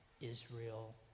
Israel